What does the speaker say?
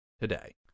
today